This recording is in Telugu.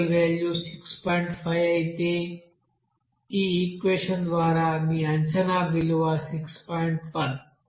5 అయితే ఈ ఈక్వెషన్ ద్వారా మీ అంచనా విలువ 6